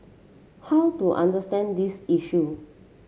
how to understand this issue